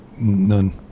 None